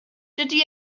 dydy